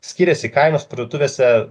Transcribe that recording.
skiriasi kainos parduotuvėse